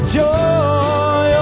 joy